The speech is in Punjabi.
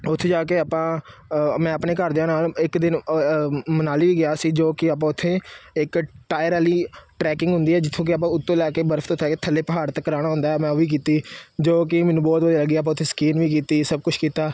ਉੱਥੇ ਜਾ ਕੇ ਆਪਾਂ ਮੈਂ ਆਪਣੇ ਘਰਦਿਆਂ ਨਾਲ ਇੱਕ ਦਿਨ ਅ ਮਨਾਲੀ ਵੀ ਗਿਆ ਸੀ ਜੋ ਕਿ ਆਪਾਂ ਉੱਥੇ ਇੱਕ ਟਾਇਰ ਵਾਲੀ ਟਰੈਕਿੰਗ ਹੁੰਦੀ ਹੈ ਜਿੱਥੋਂ ਕਿ ਆਪਾਂ ਉੱਤੋਂ ਲੈ ਕੇ ਬਰਫ਼ ਤੋਂ ਲੈ ਕੇ ਥੱਲੇ ਪਹਾੜ ਤੱਕ ਆਉਣਾ ਹੁੰਦਾ ਹੈ ਮੈਂ ਉਹ ਵੀ ਕੀਤੀ ਜੋ ਕਿ ਮੈਨੂੰ ਬਹੁਤ ਵਧੀਆ ਲੱਗੀ ਆਪਾਂ ਉੱਥੇ ਸਕੀਨ ਵੀ ਕੀਤੀ ਸਭ ਕੁਛ ਕੀਤਾ